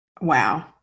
Wow